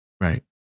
Right